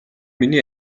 миний